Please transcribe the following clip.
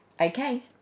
Okay